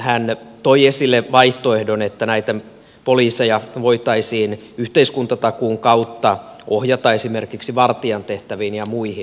hän toi esille sen vaihtoehdon että näitä poliiseja voitaisiin yhteiskuntatakuun kautta ohjata esimerkiksi vartijan tehtäviin ja muihin